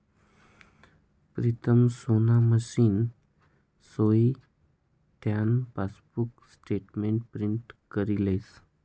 प्रीतम सोना मशीन खाई त्यान पासबुक स्टेटमेंट प्रिंट करी लेस